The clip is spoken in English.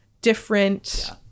different